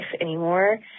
anymore